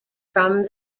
from